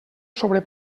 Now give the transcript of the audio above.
sobre